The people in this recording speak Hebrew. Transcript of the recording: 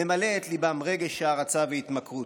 ממלא את ליבם רגש הערצה והתמכרות,